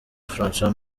francois